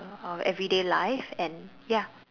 everyday life and ya